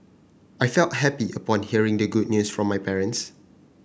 I felt happy upon hearing the good news from my parents